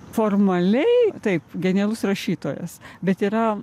formaliai taip genialus rašytojas bet yra